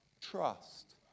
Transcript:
trust